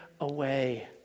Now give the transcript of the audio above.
away